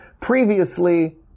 Previously